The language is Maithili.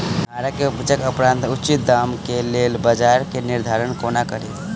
सिंघाड़ा केँ उपजक उपरांत उचित दाम केँ लेल बजार केँ निर्धारण कोना कड़ी?